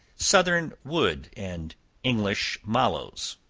southern wood, and english mallows